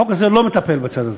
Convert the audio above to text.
החוק הזה לא מטפל בצד הזה.